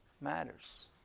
matters